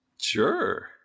Sure